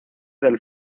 del